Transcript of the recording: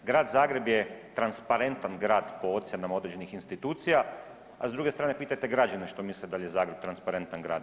Grad Zagreb je transparentan grad po ocjenama određenih institucija, a s druge strane pitajte građane što misle da li je Zagreb transparentan grad.